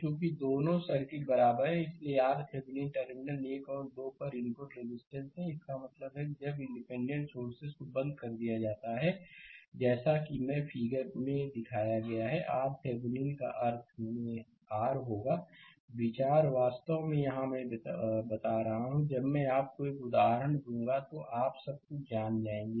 चूंकि दोनों सर्किट बराबर हैं इसलिए RThevenin टर्मिनल 1 और 2 पर इनपुट रेजिस्टेंस है इसका मतलब है कि जब इंडिपेंडेंट सोर्सेस को बंद कर दिया जाता है जैसा कि फिगर में दिखाया गया है कि RThevenin इस अर्थ में R होगा विचार वास्तव में यहां मैं बता रहा हूं जब मैं आपको एक उदाहरण दूंगा तो आप सब कुछ जान जाएंगे